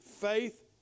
faith